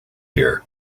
here